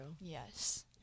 Yes